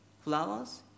flowers